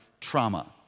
trauma